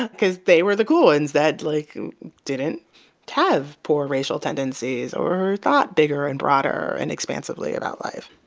because they were the cool ones that like didn't have poor racial tendencies or thought bigger and broader and expansively about life.